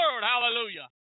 Hallelujah